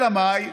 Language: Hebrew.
אלא מאי,